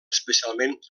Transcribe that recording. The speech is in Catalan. especialment